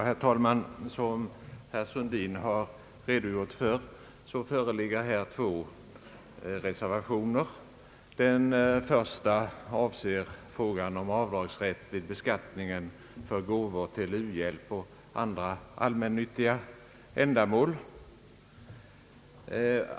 Herr talman! Som herr Sundin har nämnt föreligger här två reservationer. Den första avser frågan om avdragsrätt vid beskattningen för gåvor till uhjälp och andra allmännyttiga ändamål.